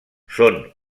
són